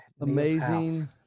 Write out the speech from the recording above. amazing